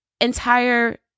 entire